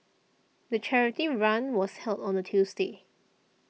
the charity run was held on a Tuesday